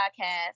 podcast